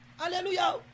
Hallelujah